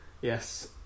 Yes